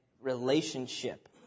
relationship